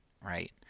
right